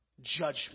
judgment